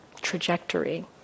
trajectory